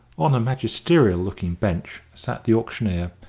on a magisterial-looking bench sat the auctioneer,